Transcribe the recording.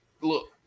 look